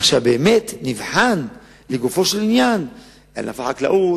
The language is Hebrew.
עכשיו באמת נבחן לגופו של עניין את ענף החקלאות,